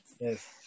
Yes